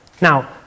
Now